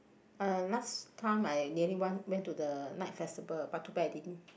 uh last time I nearly want went to the night festival but too bad I didn't